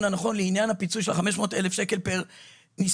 הנכון לעניין הפיצוי של 500 אלף שקל פר נספה.